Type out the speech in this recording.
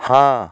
হ্যাঁ